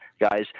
guys